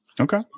okay